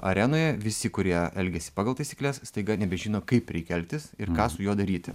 arenoje visi kurie elgėsi pagal taisykles staiga nebežino kaip reikia elgtis ir ką su juo daryti